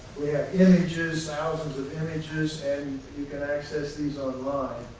we have images, thousands of images, and you can access these online.